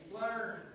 Learn